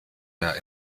der